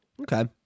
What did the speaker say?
Okay